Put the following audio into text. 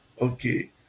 Okay